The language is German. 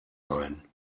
ein